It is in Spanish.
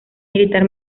militar